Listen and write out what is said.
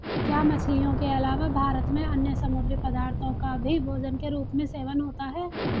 क्या मछलियों के अलावा भारत में अन्य समुद्री पदार्थों का भी भोजन के रूप में सेवन होता है?